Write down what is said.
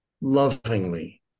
lovingly